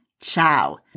ciao